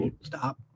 Stop